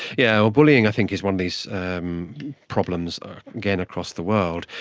yeah bullying i think is one of these um problems, again, across the world.